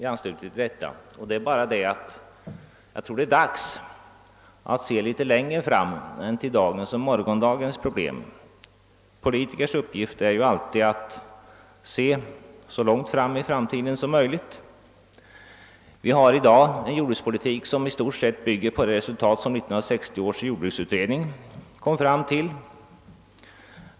Jag tror nämligen att det är dags att se litet längre fram än till dagens och morgondagens problem. En politikers uppgift är ju alltid att se så långt in i framtiden som möjligt. Vår nuvarande jordbrukspolitik bygger i stort sett på de resultat som 1960 års jordbruksutredning kom fram till.